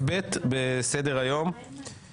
אפילו אלמוג בהלם, הוא לא יודע מה אתם מציעים.